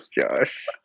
josh